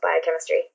biochemistry